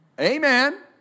Amen